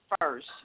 first